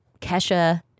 Kesha